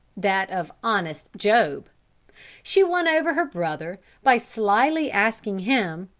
that of honest job she won over her brother, by slily asking him,